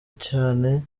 cyane